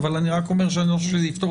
אבל אני רק אומר שאני לא חושב שזה יפתור